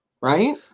Right